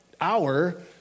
hour